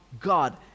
god